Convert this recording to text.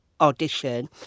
audition